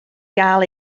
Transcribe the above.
gael